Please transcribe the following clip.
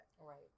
right